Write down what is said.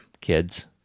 kids